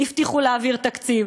והבטיחו להעביר תקציב?